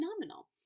phenomenal